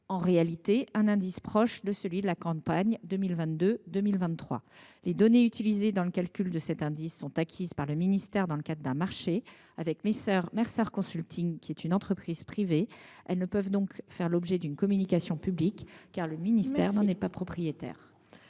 en fait un indice proche de celui de la campagne 2022 2023. Les données utilisées dans le calcul de cet indice sont acquises par le ministère dans le cadre d’un marché avec Mercer Consulting, une entreprise privée. Elles ne peuvent donc pas faire l’objet d’une communication publique, car le ministère n’en est pas propriétaire.